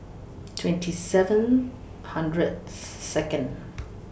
twenty seven hundred Second